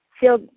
feel